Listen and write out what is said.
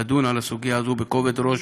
לדון בסוגיה הזאת בכובד ראש,